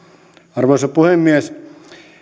arvoisa puhemies